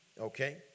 Okay